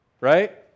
Right